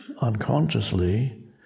unconsciously